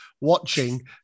watching